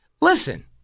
listen